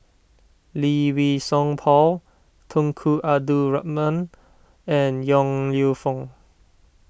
Lee Wei Song Paul Tunku Abdul Rahman and Yong Lew Foong